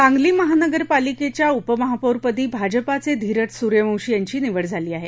सांगली महानगरपालिकेच्या उपमहापौरपदी भाजपाचे धीरज सूर्यवशी यांची निवड झाली आहे